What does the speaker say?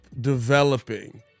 developing